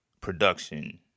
production